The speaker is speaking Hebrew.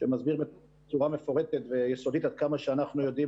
שמסביר בצורה מפורטת ויסודית עד כמה שאנחנו יודעים